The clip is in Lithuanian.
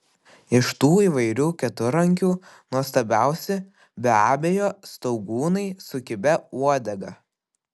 iš tų įvairių keturrankių nuostabiausi be abejo staugūnai su kibia uodega